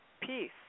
peace